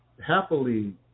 happily